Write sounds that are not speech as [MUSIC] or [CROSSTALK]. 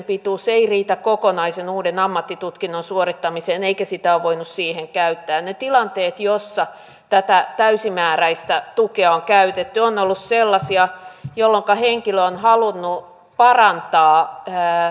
[UNINTELLIGIBLE] pituus ei riitä kokonaisen uuden ammattitutkinnon suorittamiseen eikä sitä ole voinut siihen käyttää ne tilanteet joissa tätä täysimääräistä tukea on käytetty ovat olleet sellaisia jolloinka henkilö on halunnut parantaa